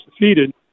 defeated